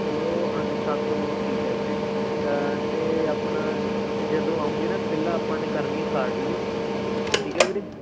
ਚਲੋ ਹਾਂਜੀ ਸੱਤ ਨੌਂ ਠੀਕ ਹੈ ਵੀਰੇ ਅਤੇ ਆਪਣਾ ਤੁਸੀਂ ਜਦੋਂ ਆਉਗੇ ਨਾ ਪਹਿਲਾਂ ਆਪਾਂ ਨੇ ਕਰਨੀ ਹੈ ਕਾਰਡੀਓ ਠੀਕ ਹੈ ਵੀਰੇ